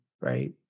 right